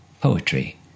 Poetry